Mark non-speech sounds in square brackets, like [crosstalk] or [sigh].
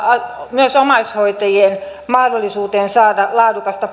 myös omaishoitajien mahdollisuuteen saada laadukasta [unintelligible]